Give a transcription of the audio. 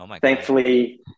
Thankfully